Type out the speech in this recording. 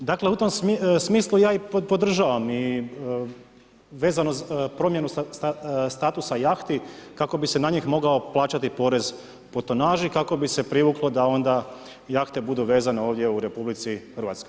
Dakle, u tom smislu ja i podržavam i vezano za promjenu statusa jahti kako bi se na njih mogao plaćati porez po tonaži, kako bi se privuklo da onda jahte budu vezane ovdje u RH.